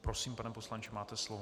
Prosím, pane poslanče, máte slovo.